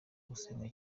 gusenga